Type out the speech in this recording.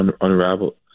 unraveled